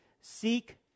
seek